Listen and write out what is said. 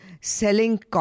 selling